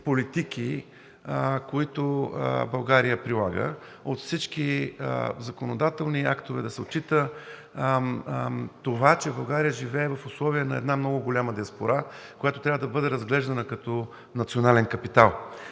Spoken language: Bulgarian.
политики, които България прилага, от всички законодателни актове. Да се отчита това, че България живее в условия на много голяма диаспора, която трябва да бъде разглеждана като национален капитал.